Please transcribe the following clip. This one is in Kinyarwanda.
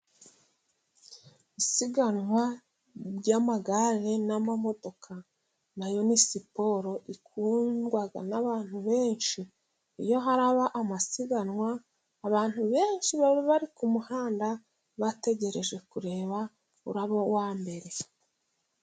Isiganwa ry'amagare n'amamodoka na yo ni siporo ikundwa n'abantu benshi ,iyo haraba amasiganwa abantu benshi baba bari ku muhanda bategereje kureba uraba uwa mbere.